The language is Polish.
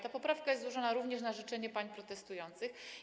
Ta poprawka jest złożona również na życzenie pań protestujących.